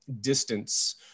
distance